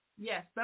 Yes